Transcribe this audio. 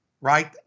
right